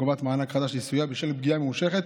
וקובעת מענק חדש לסיוע בשל פגיעה ממושכת